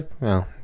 no